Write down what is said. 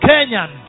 Kenyan